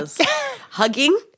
Hugging